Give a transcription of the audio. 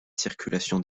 circulations